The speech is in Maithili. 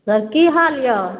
सर की हाल यऽ